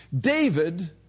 David